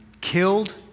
killed